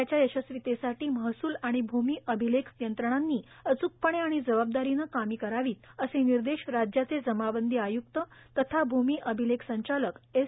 त्याच्या यशस्वितेसाठी महसूल आणि भूमि अभिलेख यंत्रणांनी अचूकपणे आणि जबाबदारीने कामे करावीत असे निर्देश राज्याचे जमाबंदी आयुक्त तथा भूमि अभिलेख संचालक एस